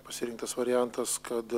pasirinktas variantas kad